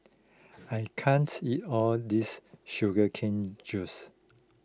I can't eat all this Sugar Cane Juice